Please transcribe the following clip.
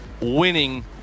winning